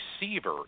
receiver